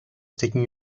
taking